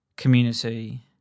community